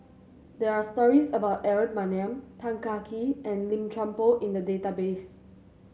there are stories about Aaron Maniam Tan Kah Kee and Lim Chuan Poh in the database